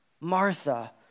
Martha